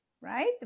right